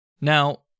Now